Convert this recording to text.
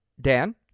Dan